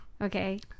Okay